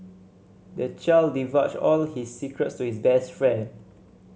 the child divulged all his secrets to his best friend